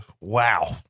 Wow